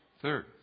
Third